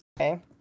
okay